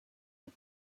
and